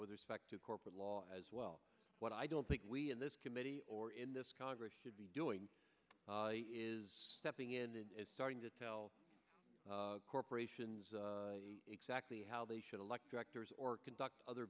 with respect to corporate law as well what i don't think we in this committee or in this congress should be doing is stepping in and starting to tell corporations exactly how they should elect directors or conduct other